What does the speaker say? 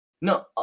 No